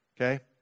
Okay